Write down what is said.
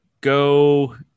go